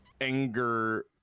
anger